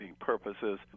purposes